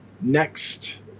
next